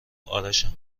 ارشم